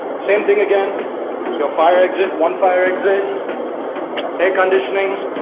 same thing again your fire exit one fire exit air conditioning